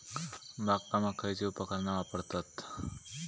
बागकामाक खयची उपकरणा वापरतत?